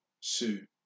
suit